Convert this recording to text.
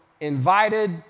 invited